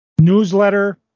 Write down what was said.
newsletter